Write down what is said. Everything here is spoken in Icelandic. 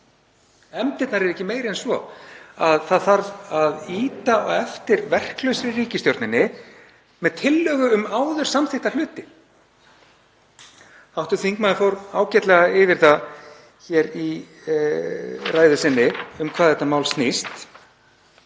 Efndirnar eru ekki meiri en svo að það þarf að ýta á eftir verklausri ríkisstjórninni með tillögu um áður samþykkta hluti. Hv. þingmaður fór ágætlega yfir það í ræðu sinni um hvað þetta mál snýst.